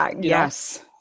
yes